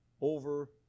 over